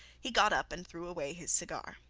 he got up and threw away his cigar.